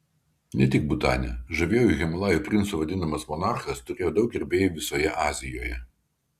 ne tik butane žaviuoju himalajų princu vadinamas monarchas turėjo daug gerbėjų visoje azijoje